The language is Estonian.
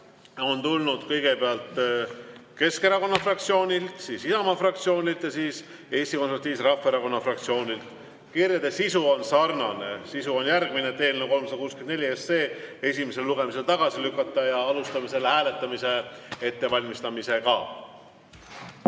On tulnud kõigepealt Keskerakonna fraktsioonilt, siis Isamaa fraktsioonilt ja siis Eesti Konservatiivse Rahvaerakonna fraktsioonilt. Kirjade sisu on sarnane, see on järgmine: eelnõu 364 esimesel lugemisel tagasi lükata. Alustame selle hääletamise ettevalmistamist. Head